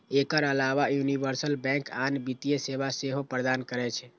एकर अलाव universal bank आन वित्तीय सेवा सेहो प्रदान करै छै